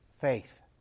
faith